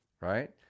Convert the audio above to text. right